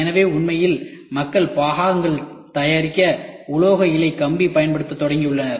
எனவே உண்மையில் மக்கள் பாகங்கள் தயாரிக்க உலோக இழை கம்பி பயன்படுத்தத் தொடங்கியுள்ளனர்